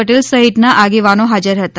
પટેલ સહિતના આગેવાનો હાજર હતા